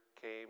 came